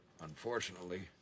Unfortunately